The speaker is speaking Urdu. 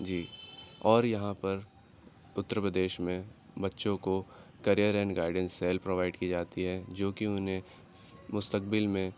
جی اور یہاں پر اتر پردیش میں بچوں کو career and guidance help provide کی جاتی ہے جو کہ انہیں مستقبل میں